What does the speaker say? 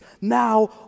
Now